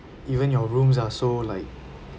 even your rooms are so like